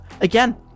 again